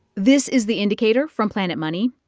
this is the indicator from planet money.